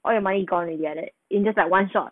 all your money gone already like that in just like one shot